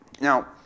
Now